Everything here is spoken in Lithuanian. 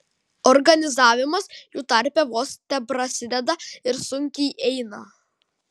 organizavimasis jų tarpe vos teprasideda ir sunkiai eina